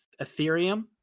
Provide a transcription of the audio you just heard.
Ethereum